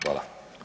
Hvala.